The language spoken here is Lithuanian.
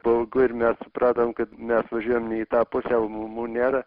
baugu ir mes supratom kad mes važiuojam ne į tą pusę o mamų nėra